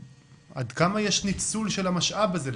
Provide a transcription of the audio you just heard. עד כמה יש ניצול של המשאב הזה?